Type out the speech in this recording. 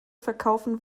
verkaufen